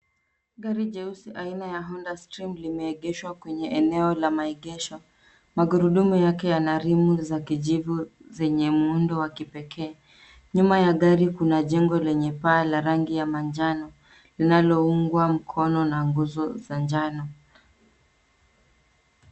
Gari jeusi aina ya Honda Stream limeegeshwa kwenye eneo la maegesho. Magurudumu yake yana rimu za kijivu zenye muundo wa kipekee. Nyuma ya gari kuna jengo lenye paa la rangi ya manjano, linaloungwa mkono na nguzo za njano.